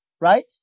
Right